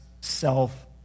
self